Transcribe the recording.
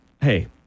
Hey